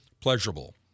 pleasurable